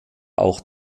auch